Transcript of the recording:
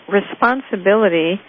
responsibility